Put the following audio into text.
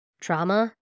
trauma